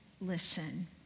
listen